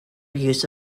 use